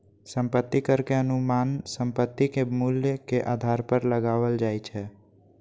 संपत्ति कर के अनुमान संपत्ति के मूल्य के आधार पर लगाओल जाइ छै